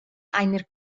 einer